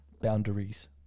Boundaries